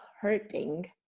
hurting